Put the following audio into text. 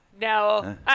no